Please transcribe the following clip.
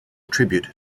tribute